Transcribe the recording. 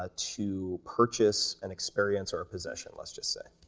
ah to purchase an experience or a possession, let's just say.